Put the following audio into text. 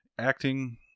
acting